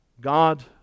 God